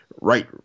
right –